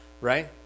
right